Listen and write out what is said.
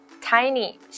tiny